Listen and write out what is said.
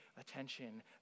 attention